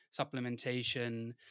supplementation